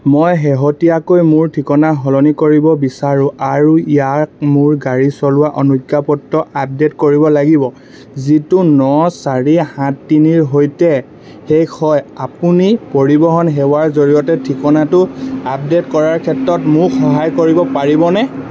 মই শেহতীয়াকৈ মোৰ ঠিকনা সলনি কৰিব বিচাৰোঁ আৰু ইয়াক মোৰ গাড়ী চলোৱা অনুজ্ঞাপত্ৰত আপডেট কৰিব লাগিব যিটো ন চাৰি সাত তিনিৰ সৈতে শেষ হয় আপুনি পৰিবহণ সেৱাৰ জৰিয়তে ঠিকনাটো আপডে'ট কৰাৰ ক্ষেত্ৰত মোক সহায় কৰিব পাৰিবনে